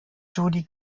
judy